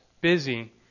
busy